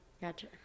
Gotcha